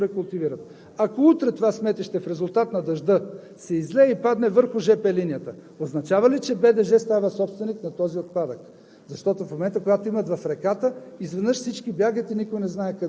Те имат сметища над жп линията. Даже се чудя как да им помогна да го рекултивират. Ако утре това сметище в резултат на дъжда се излее и падне върху жп линията, означава ли, че БДЖ става собственик на този отпадък?